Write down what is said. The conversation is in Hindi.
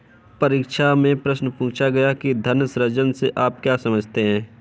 परीक्षा में प्रश्न पूछा गया कि धन सृजन से आप क्या समझते हैं?